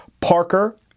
Parker